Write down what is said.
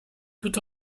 tout